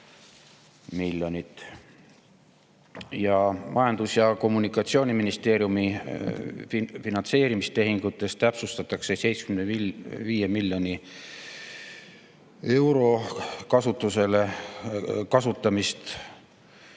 Majandus‑ ja Kommunikatsiooniministeeriumi finantseerimistehingutes täpsustatakse 75 miljoni euro kasutamist.